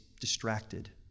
distracted